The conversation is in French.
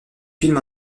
films